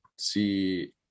See